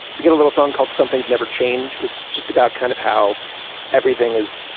we get a little song called somethings never change, which just about kind of how everything is,